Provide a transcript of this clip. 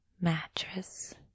mattress